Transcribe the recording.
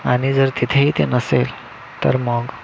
आणि जर तिथेही ते नसेल तर मग